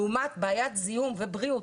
לעומת בעיית זיהום ובריאות,